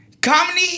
Comedy